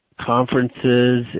conferences